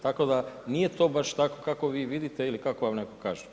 Tako da nije to baš tako kako vi vidite ili kako vam netko kaže.